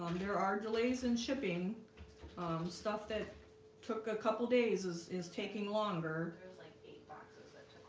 there are delays and shipping stuff that took a couple days is is taking longer like eight boxes that